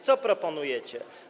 Co proponujecie?